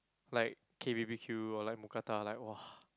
like K B_B_Q or like Mookata like !wah!